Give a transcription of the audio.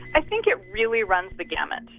i think it really runs the gamut.